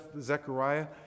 Zechariah